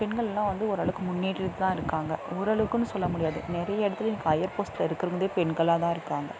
பெண்களெலாம் வந்து ஓரளவுக்கு முன்னேறிகிட்டு தான் இருக்காங்க ஓரளவுக்குன்னு சொல்ல முடியாது நிறைய இடத்துல இன்றைக்கி ஹயர் போஸ்டில் இருக்கிறதே பெண்களாக தான் இருக்காங்க